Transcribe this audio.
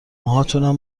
موهاتونم